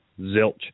Zilch